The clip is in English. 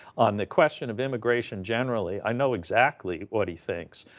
on the question of immigration generally, i know exactly what he thinks.